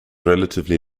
relatively